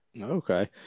Okay